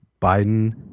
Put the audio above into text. biden